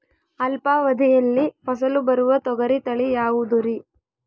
ಅಲ್ಪಾವಧಿಯಲ್ಲಿ ಫಸಲು ಬರುವ ತೊಗರಿ ತಳಿ ಯಾವುದುರಿ?